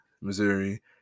Missouri